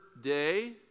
day